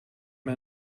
man